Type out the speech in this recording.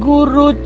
Guru